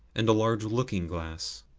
and a large looking-glass.